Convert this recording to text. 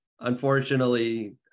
unfortunately